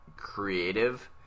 Creative